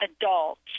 adults